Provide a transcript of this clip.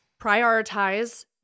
prioritize